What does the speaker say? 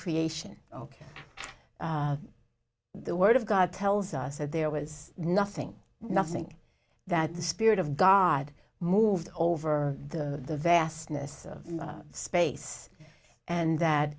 creation ok the word of god tells us that there was nothing nothing that the spirit of god moved over the vastness of space and that